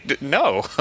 no